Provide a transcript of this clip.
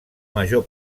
major